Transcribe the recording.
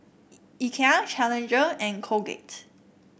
Ikea Challenger and Colgate